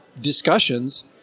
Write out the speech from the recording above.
discussions